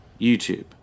YouTube